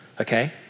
okay